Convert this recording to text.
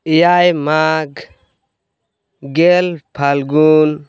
ᱮᱭᱟᱭ ᱢᱟᱜᱷ ᱜᱮᱞ ᱯᱷᱟᱹᱞᱜᱩᱱ